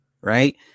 right